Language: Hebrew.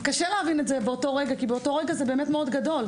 קשה להבין את זה באותו רגע כי באותו רגע זה מאוד גדול,